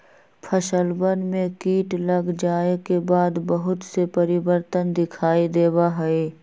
फसलवन में कीट लग जाये के बाद बहुत से परिवर्तन दिखाई देवा हई